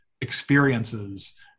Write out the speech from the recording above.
experiences